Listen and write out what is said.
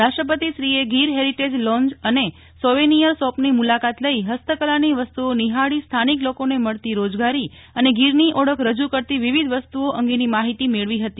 રાષ્ટ્રપતિશ્રીએ Gir heritage lounge અને souvenir શોપની મુલાકાત લઇ હસ્તકલાની વસ્તુઓ નિહાળી સ્થાનિક લોકોને મળતી રોજગારી અને ગીરની ઓળખ રજુ કરતી વિવિધ વસ્તુઓ અંગેની માહિતી મેળવી હતી